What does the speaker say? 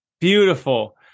Beautiful